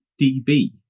DB